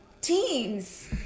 teams